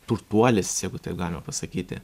turtuolis jeigu taip galima pasakyti